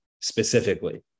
specifically